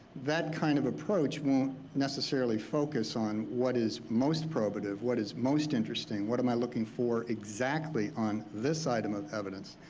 that kind of approach won't necessarily focus on what is most probative, what is most interesting, what am i looking for exactly on this item of evidence?